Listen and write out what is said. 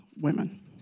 women